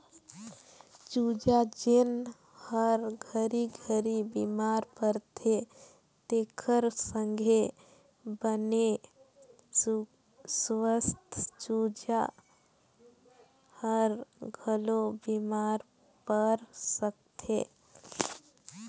चूजा जेन हर घरी घरी बेमार परथे तेखर संघे बने सुवस्थ चूजा हर घलो बेमार पर सकथे